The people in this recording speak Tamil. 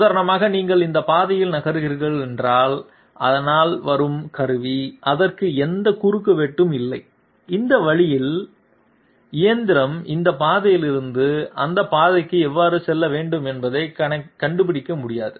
உதாரணமாக நீங்கள் இந்த பாதையில் நகர்கிறீர்கள் என்றால் அதனால் வரும் கருவி அதற்கு எந்த குறுக்குவெட்டும் இல்லை இந்த வழியில் இயந்திரம் இந்த பாதையிலிருந்து அந்த பாதைக்கு எவ்வாறு செல்ல வேண்டும் என்பதைக் கண்டுபிடிக்க முடியாது